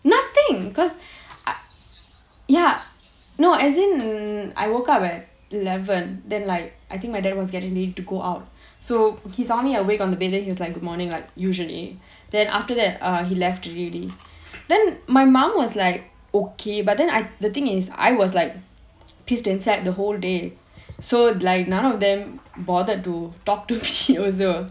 nothing because ya no as in I woke up at eleven then like I think my dad was getting ready to go out so he saw me awake on the bed then he was like good morning like usually then after that err he left already then my mum was like okay but then I the thing is I was like pissed inside the whole day so like none of them bothered to talk to me also